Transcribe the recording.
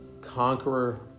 Conqueror